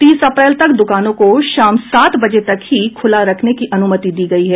तीस अप्रैल तक दुकानों को शाम सात बजे तक ही खुला रखने की अनुमति दी गयी है